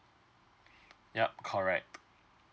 yup correct